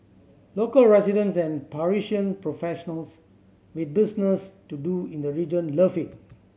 local residents and Parisian professionals with business to do in the region love it